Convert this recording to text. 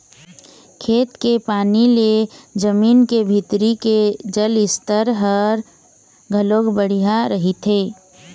खेत के पानी ले जमीन के भीतरी के जल स्तर ह घलोक बड़िहा रहिथे